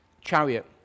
chariot